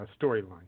storyline